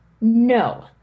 No